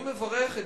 אני מברך את